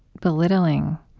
belittling